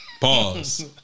Pause